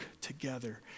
together